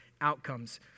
outcomes